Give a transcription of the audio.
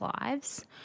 lives